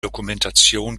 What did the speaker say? dokumentation